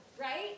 right